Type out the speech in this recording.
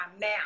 now